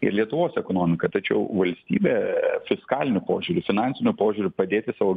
ir lietuvos ekonomiką tačiau valstybė fiskaliniu požiūriu finansiniu požiūriu padėti savo